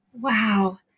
Wow